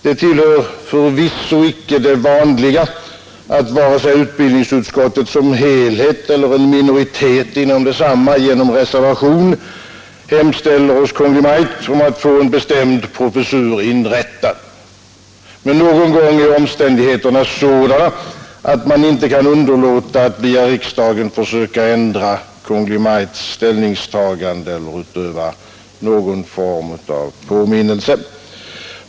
Det tillhör förvisso icke det vanliga att vare sig utbildningsutskottet som helhet eller en minoritet inom detsamma genom reservation hemställer hos Kungl. Maj:t att få en bestämd professur inrättad, men någon gång är omständigheterna sådana att man inte kan underlåta att via riksdagen försöka ändra Kungl. Maj:ts ställningstagande och utöva någon form av påminnelse.